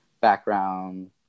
background